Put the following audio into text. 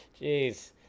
Jeez